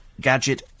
gadget